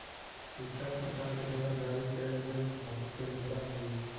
सिक्का सरकार के द्वारा जारी कैल गेल धातु के मुद्रा हई